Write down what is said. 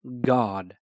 God